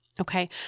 Okay